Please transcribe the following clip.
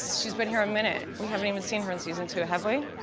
she's been here a minute. we haven't even seen her in season two, have we?